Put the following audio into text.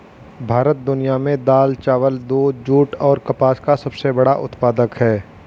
भारत दुनिया में दाल, चावल, दूध, जूट और कपास का सबसे बड़ा उत्पादक है